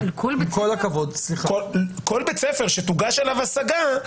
עם כל הכבוד --- כל בית ספר שתוגש עליו השגה,